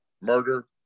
murder